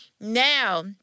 Now